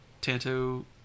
tanto